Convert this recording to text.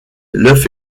l’œuf